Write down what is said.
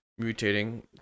mutating